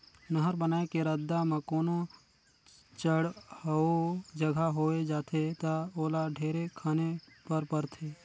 नहर बनाए के रद्दा म कोनो चड़हउ जघा होवे जाथे ता ओला ढेरे खने पर परथे